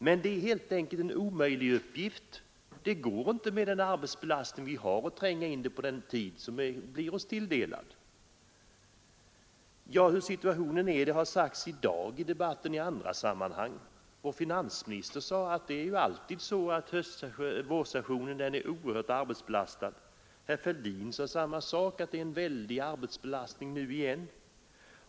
Med den arbetsbelastning som råder är det dock en omöjlig uppgift att pressa samman riksdagsarbetet på den tid som blir oss tilldelad. Hur situationen är har i dag omnämnts i debatten i andra sammanhang. Finansministern påstod att vårsessionen alltid är oerhört arbetsbelastad. Herr Fälldin framhöll på samma sätt att det nu igen råder en väldig arbetsbelastning.